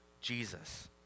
Jesus